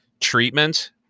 treatment